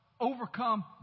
overcome